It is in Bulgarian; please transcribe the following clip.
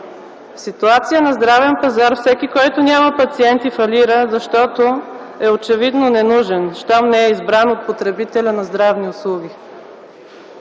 В ситуация на здравен пазар всеки, който няма пациенти, фалира, защото е очевидно ненужен, щом не е избран от потребителя на здравни услуги.